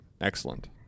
excellent